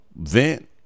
vent